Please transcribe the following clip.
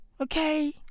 Okay